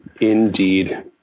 indeed